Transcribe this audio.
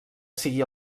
sigui